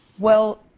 well,